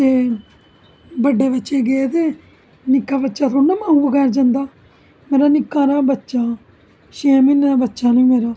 ते बड्डे बच्चे गे ते ठीक पर निक्का बच्चा थोह्ड़ा माऊ बगैर जंदा मेरा निक्का हारा बच्चा छे म्हीने दा बच्चा हा मेरा